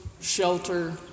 shelter